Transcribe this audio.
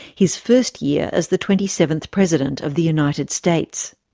his first year as the twenty seventh president of the united states.